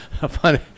funny